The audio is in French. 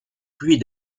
pluies